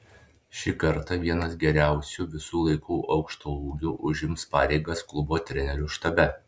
šį kartą vienas geriausių visų laikų aukštaūgių užims pareigas klubo trenerių štabe